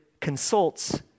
consults